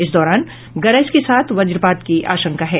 इस दौरान गरज के साथ वज्रपात की आशंका है